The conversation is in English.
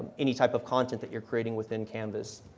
any type of content that you are creating within canvas.